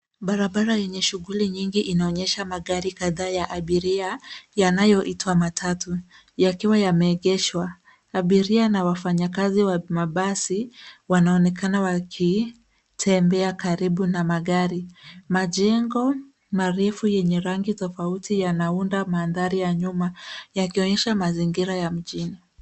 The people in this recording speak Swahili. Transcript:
Barabara yenye shughuli nyingi inaonyesha magari kadhaa ya abiria yanayoitwa matatu yakiwa yameegeshwa. Abiria na wafanyikazi wa mabasi wanaonekana wakitembea karibu na magari. Majengo marefu yenye rangi tofauti yanaunda mandhari ya nyuma yakionyesha mazingira ya mjini.